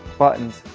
buttons,